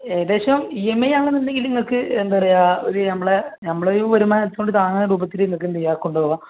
ഏകദേശം E M I ആണെന്ന് ഉണ്ടെങ്കിൽ നിങ്ങൾക്ക് എന്താ പറയുക ഒരു നമ്മളുടെ നമ്മളുടെ വരുമാനത്തിനോട് താങ്ങുന്ന രൂപത്തിൽ നിങ്ങൾക്ക് എന്ത് ചെയ്യാം കൊണ്ടുപോകാം